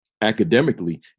academically